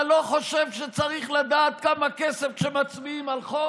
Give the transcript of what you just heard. אתה לא חושב שצריך לדעת כמה כסף כשמצביעים על חוק?